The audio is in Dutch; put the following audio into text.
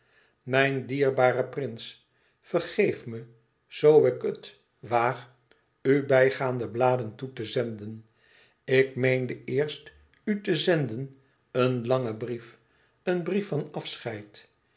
mijn dierbare prins vergeef me zoo ik het waag u bijgaande bladen toe te zenden ik meende eerst u te zenden een langen brief een brief van afscheid